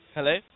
Hello